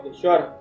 sure